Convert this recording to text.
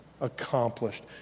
accomplished